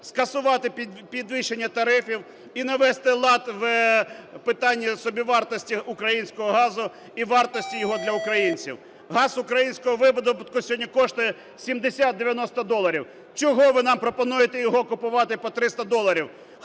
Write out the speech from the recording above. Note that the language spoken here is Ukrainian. скасувати підвищення тарифів і навести лад в питанні собівартості українського газу і вартості його для українців. Газ українського видобутку сьогодні коштує 70-90 доларів. Чого ви нам пропонуєте його купувати по 300 доларів,